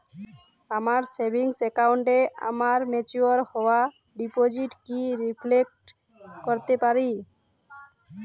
আমার সেভিংস অ্যাকাউন্টে আমার ম্যাচিওর হওয়া ডিপোজিট কি রিফ্লেক্ট করতে পারে?